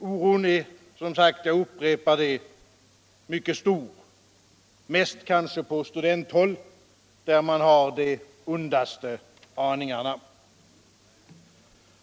Oron är — jag upprepar det — mycket «stor, mest kanske på studenthåll, där man har de ondaste aningarna.